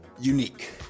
unique